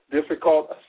difficult